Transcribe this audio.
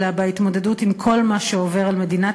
אלא בהתמודדות עם כל מה שעובר על מדינת